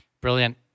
Brilliant